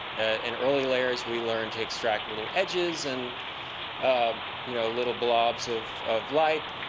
in early layers we learn to extract little edges and um you know little blobs of of light.